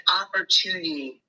opportunity